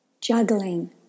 juggling